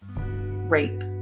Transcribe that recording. rape